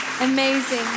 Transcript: Amazing